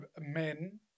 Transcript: men